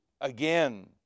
again